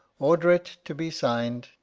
order it to be signed.